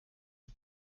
the